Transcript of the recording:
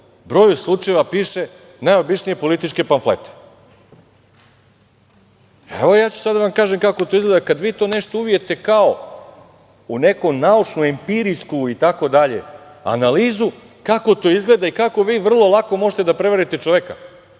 broju slučajeva piše najobičnije političke pamflete. Evo, ja ću sad da vam kažem kako to izgleda kad vi to nešto uvijete kao u neku naučnu, empirijsku, itd. analizu, kako to izgleda i kako vi vrlo lako možete da prevarite čoveka